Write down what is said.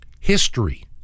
history